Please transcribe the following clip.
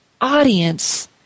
audience